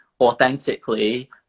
authentically